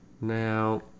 now